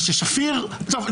בגלל ששפיר טוב,